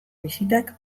bisitak